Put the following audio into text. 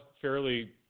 fairly